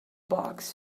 box